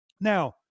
Now